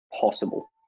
possible